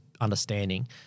understanding